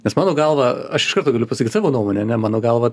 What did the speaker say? nes mano galva aš iš karto galiu pasakyt savo nuomonę ane mano galva